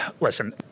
listen